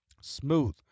smooth